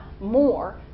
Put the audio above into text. more